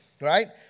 right